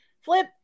Flip